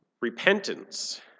Repentance